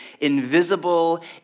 invisible